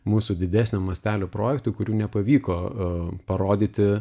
mūsų didesnio mastelio projektų kurių nepavyko parodyti